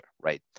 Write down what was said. right